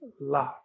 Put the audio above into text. love